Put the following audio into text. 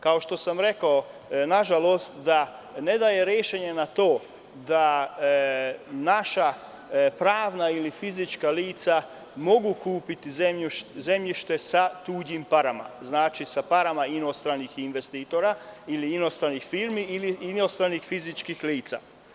Kao što sam rekao, nažalost da ne daje rešenje na to da naša pravna ili fizička lica mogu kupiti zemljište sa tuđim parama, znači, sa parama inostranih investitora ili inostranih firmi ili inostranih fizičkih lica.